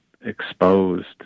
exposed